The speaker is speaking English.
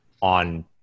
on –